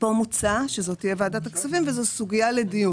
פה מוצע שזאת תהיה ועדת הכספים וזו סוגייה לדיון